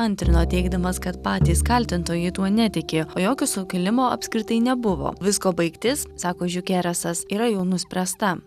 antrino teigdamas kad patys kaltintojai tuo netiki o jokio sukilimo apskritai nebuvo visko baigtis sako žiukeresas yra jau nuspręsta